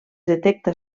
detecta